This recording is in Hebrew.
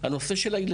והוא נושא הילדים.